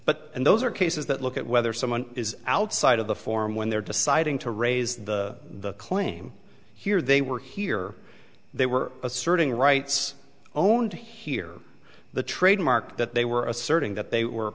but and those are cases that look at whether someone is outside of the form when they're deciding to raise the claim here they were here they were asserting rights owned here the trademark that they were asserting that they were